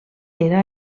era